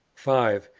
five.